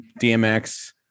DMX